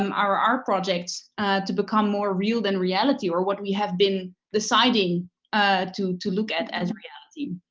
um our art projects to become more real than reality or what we have been deciding ah to to look at as reality.